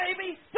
baby